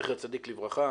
זכר צדיק לברכה.